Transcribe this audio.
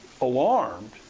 alarmed